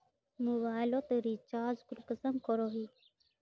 Mobile लोत recharge कुंसम करोही?